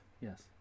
yes